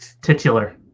Titular